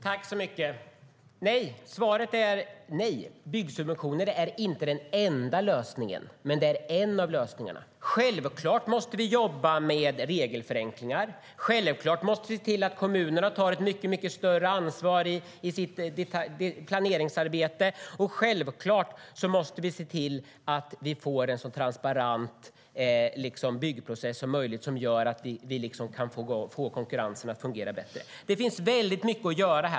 Fru talman! Svaret är nej. Byggsubventioner är inte den enda lösningen, men det är en av lösningarna. Självklart måste vi jobba med regelförenklingar, se till att kommunerna tar ett mycket större ansvar i sitt planeringsarbete och se till att vi får en så transparent byggprocess som möjligt som gör att vi kan få konkurrensen att fungera bättre. Det finns väldigt mycket att göra.